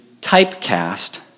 typecast